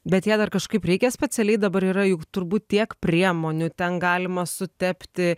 bet ją dar kažkaip reikia specialiai dabar yra juk turbūt tiek priemonių ten galima sutepti